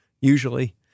usually